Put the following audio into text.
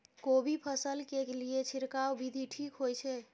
कोबी फसल के लिए छिरकाव विधी ठीक होय छै?